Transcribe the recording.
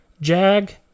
Jag